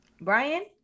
Brian